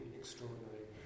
extraordinary